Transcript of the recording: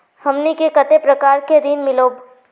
हमनी के कते प्रकार के ऋण मीलोब?